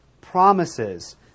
promises